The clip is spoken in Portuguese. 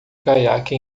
caiaque